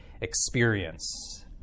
experience